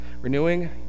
renewing